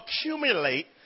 accumulate